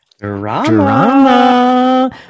Drama